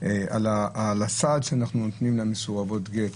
על הסעד שאנחנו נותנים למסורבות גט.